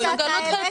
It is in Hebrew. ניקוד שאתה העלית.